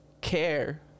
Care